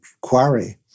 quarry